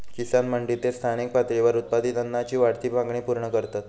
किसान मंडी ते स्थानिक पातळीवर उत्पादित अन्नाची वाढती मागणी पूर्ण करतत